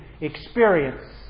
experience